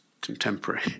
contemporary